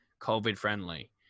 COVID-friendly